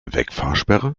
wegfahrsperre